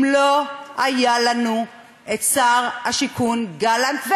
אם לא היה לנו שר השיכון גלנט,